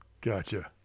Gotcha